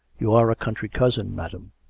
you are a country-cousin, madam.